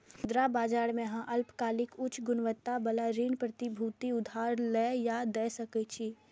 मुद्रा बाजार मे अहां अल्पकालिक, उच्च गुणवत्ता बला ऋण प्रतिभूति उधार लए या दै सकै छी